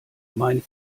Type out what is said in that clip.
mein